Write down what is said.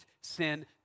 sin